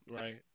right